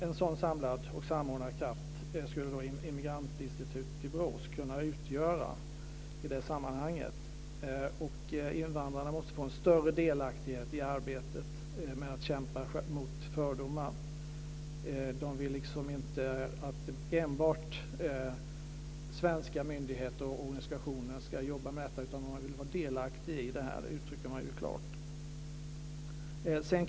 En sådan samlad och samordnad kraft skulle Immigrantinstitutet i Borås kunna utgöra i det sammanhanget. Invandrarna måste få en större delaktighet i arbetet med att kämpa mot fördomar. De vill inte att enbart svenska myndigheter och organisationer ska jobba med detta, utan de vill vara delaktiga i det här, vilket de klart uttrycker.